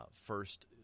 first